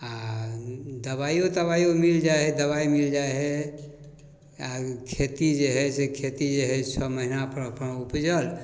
आओर दवाइओ तवाइओ मिलि जाइ हइ दवाइ मिलि जाइ हइ अहाँके खेती जे हइ से खेती जे हइ छओ महिनापर अपन उपजल